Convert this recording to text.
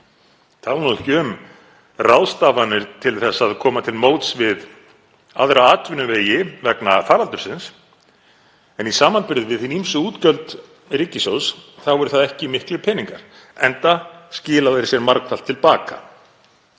tala nú ekki um ráðstafanir til að koma til móts við aðra atvinnuvegi vegna faraldursins, í samanburði við hin ýmsu útgjöld ríkissjóðs, eru ekki miklir peningar, enda skila þeir sér margfalt til baka.